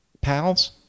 Pals